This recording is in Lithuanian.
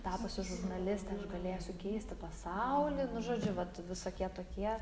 tapusi žurnaliste aš galėsiu keisti pasaulį nu žodžiu vat visokie tokie